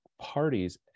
parties